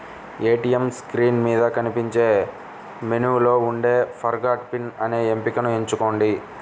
ATM screen మీద కనిపించే మెనూలో ఉండే ఫర్గాట్ పిన్ అనే ఎంపికను ఎంచుకోండి